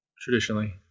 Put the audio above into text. traditionally